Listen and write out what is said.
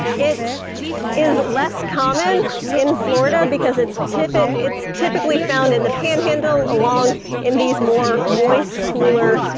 it is less common in florida, because it's typically it's typically found in the panhandle along in these more moist, cooler,